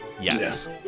yes